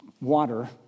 water